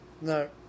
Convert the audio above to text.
No